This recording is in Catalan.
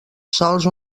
sols